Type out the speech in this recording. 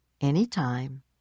anytime